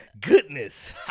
Goodness